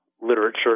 literature